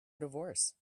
divorce